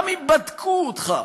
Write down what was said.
גם אם בדקו אותך,